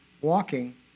walking